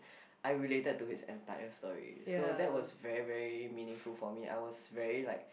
I related to his entire story so so that was very very meaningful for me I was very like